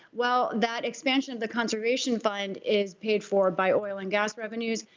while that expansion of the conservation fund is paid for by oil and gas revenues,